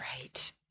Right